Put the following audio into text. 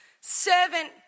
servant